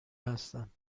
هستم